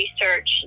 research